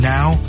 Now